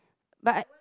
but